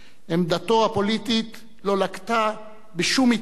עמדתו הפוליטית לא לקתה בשום התייפייפות.